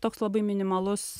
toks labai minimalus